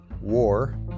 war